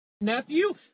nephew